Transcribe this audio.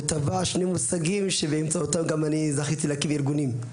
הוא טבע שני מושגים שבאמצעותם גם אני זכיתי להקים ארגונים.